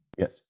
Yes